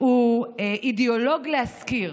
הוא אידיאולוג להשכיר.